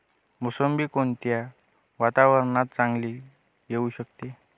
मोसंबी कोणत्या वातावरणात चांगली येऊ शकते?